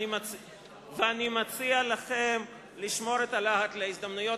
ואני מציע לכם לשמור את הלהט להזדמנויות